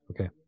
Okay